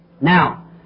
Now